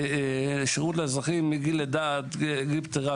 שירות לאזרחים מגיל לידה עד גיל פטירה,